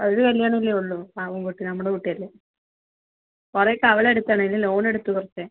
ആ ഒരു കല്യാണമല്ലേ ഉള്ളു പാവം കുട്ടി നമ്മടെ കുട്ടിയല്ലേ വളയൊക്കെ അവളെടുത്തതാണ് പിന്നെ ലോണെടുത്തു കുറച്ച്